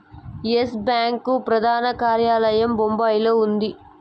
yes Bank ప్రధాన కార్యాలయం బొంబాయిలో ఉంది